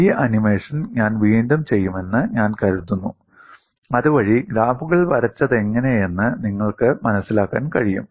ഈ ആനിമേഷൻ ഞാൻ വീണ്ടും ചെയ്യുമെന്ന് ഞാൻ കരുതുന്നു അതുവഴി ഗ്രാഫുകൾ വരച്ചതെങ്ങനെയെന്ന് നിങ്ങൾക്ക് മനസിലാക്കാൻ കഴിയും